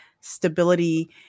stability